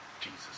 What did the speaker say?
Jesus